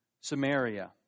Samaria